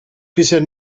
bisher